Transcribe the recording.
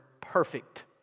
perfect